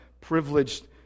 privileged